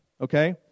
okay